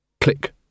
Click